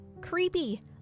Creepy